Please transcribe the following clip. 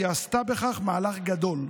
והיא עשתה בכך מהלך גדול.